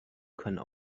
können